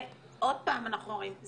עוד פעם אנחנו אומרים,